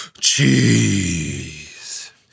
cheese